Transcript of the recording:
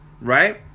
right